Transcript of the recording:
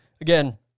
Again